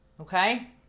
Okay